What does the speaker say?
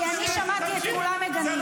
כי אני שמעתי את כולם מגנים.